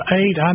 eight